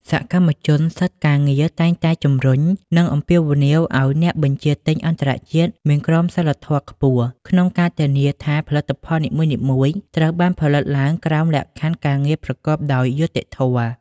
សកម្មជនសិទ្ធិការងារតែងតែជំរុញ និងអំពាវនាវឱ្យអ្នកបញ្ជាទិញអន្តរជាតិមានក្រមសីលធម៌ខ្ពស់ ក្នុងការធានាថាផលិតផលនីមួយៗត្រូវបានផលិតឡើងក្រោមលក្ខខណ្ឌការងារប្រកបដោយយុត្តិធម៌។